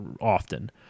often